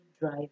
drive